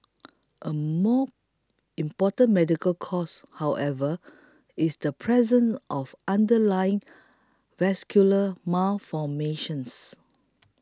a more important medical cause however is the presence of underlying vascular malformations